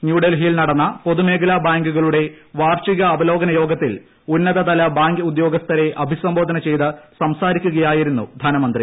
ന്യൂഡൽഹിയിൽ നടന്ന പൊതുമേഖലാ ബാങ്കുകളുടെ വാർഷിക അവലോകന യോഗത്തിൽ ഉന്നതതല ബാങ്ക് ഉദ്യോഗസ്ഥരെ അഭിസംബോധന ചെയ്ത് സംസാരിക്കുകയായിരുന്നു ധനമന്ത്രി